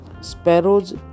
Sparrows